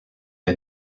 est